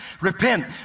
Repent